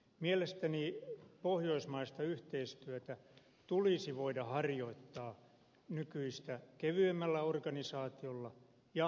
mielestäni pohjoismaista yhteistyötä tulisi voida harjoittaa nykyistä kevyemmällä organisaatiolla ja halvemmalla